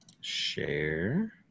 share